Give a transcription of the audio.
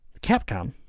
Capcom